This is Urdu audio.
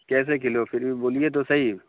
کیسے کلو پھر بھی بولیے تو سہی